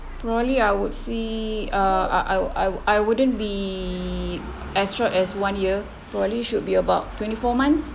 probably I would see uh I I would I would I wouldn't be as short as one year probably should be about twenty four months